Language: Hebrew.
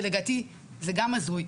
ולדעתי זה גם הזוי,